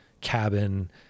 cabin